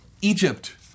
Egypt